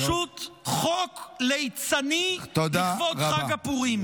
פשוט חוק ליצני לכבוד חג הפורים.